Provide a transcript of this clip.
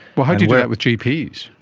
but how do you do that with gps?